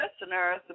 listeners